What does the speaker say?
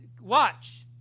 Watch